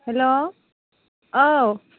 hello औ